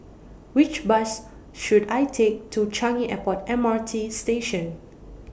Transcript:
Which Bus should I Take to Changi Airport M R T Station